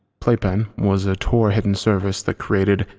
playpen was a tor hidden service that created,